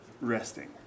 resting